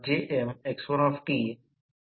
कोणत्याही ट्रान्सफॉर्मर ला ते करा